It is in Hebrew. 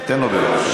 אבל תן לו, בבקשה.